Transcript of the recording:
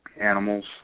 animals